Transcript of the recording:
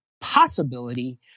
possibility